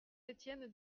étienne